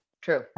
True